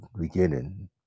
beginning